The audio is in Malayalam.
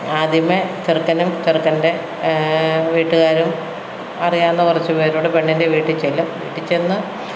ആദ്യമേ ചെറുക്കനും ചെറുക്കൻ്റെ വീട്ടുകാരും അറിയാവുന്ന കുറച്ച് പേരുംകൂടെ പെണ്ണിൻ്റെ വീട്ടിൽ ചെല്ലും വീട്ടിൽ ചെന്ന്